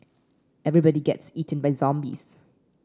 everybody gets eaten by zombies